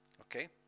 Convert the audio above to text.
Okay